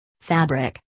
Fabric